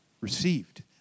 Received